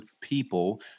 people